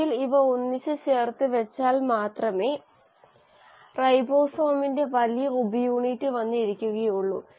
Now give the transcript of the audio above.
ഒരിക്കൽ ഇവ ഒന്നിച്ചു ചേർത്തു വെച്ചാൽ മാത്രമേ റൈബോസോമിന്റെ വലിയ ഉപയൂണിറ്റ് വന്ന് ഇരിക്കുകയുള്ളൂ